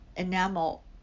enamel